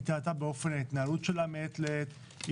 היא טעתה באופן ההתנהלות שלה מעת לעת,